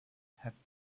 having